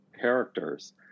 characters